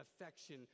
affection